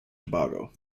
tobago